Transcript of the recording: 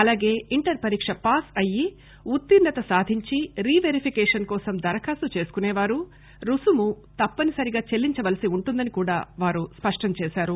అలాగే ఇంటర్ పరీక్ష పాస్ అయ్యి ఉత్తీర్ణత సాధించి రీ వెరిఫికేషన్కోసం దరఖాస్తు చేసుకునే వారు రుసుము తప్పనిసరిగా చెల్లించవలసి వుంటుందని వారు స్పష్టంచేశారు